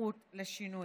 ובפתיחות לשינויים.